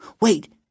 Wait